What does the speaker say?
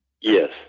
Yes